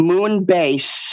Moonbase